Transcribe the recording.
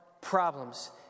problems